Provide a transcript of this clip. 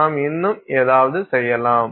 நாம் இன்னும் ஏதாவது செய்யலாம்